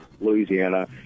Louisiana